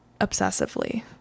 obsessively